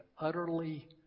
utterly